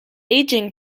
aging